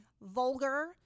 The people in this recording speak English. vulgar